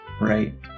Right